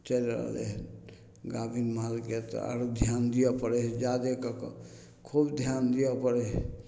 चलि रहलै हँ गाभिन मालके तऽ आओर धिआन देबै पड़ै हइ जादे कऽ कऽ खूब धिआन देबै पड़ै हइ